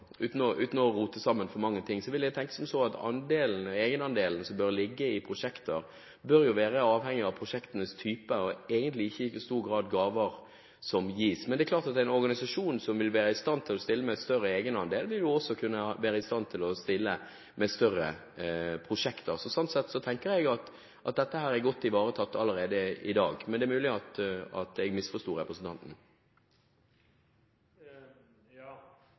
uten å rote sammen for mange ting – at egenandelen som bør ligge i prosjekter, bør være avhengig av prosjektenes type og egentlig ikke i stor grad av gaver som gis. Men det er klart at en organisasjon som vil være i stand til å stille med en større egenandel, vil også kunne være i stand til å stille med større prosjekter. Slik sett tenker jeg at dette er godt ivaretatt allerede i dag. Men det er mulig at jeg